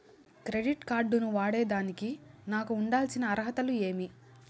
Credit card ను వాడేదానికి నాకు ఉండాల్సిన అర్హతలు ఏమి?